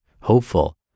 hopeful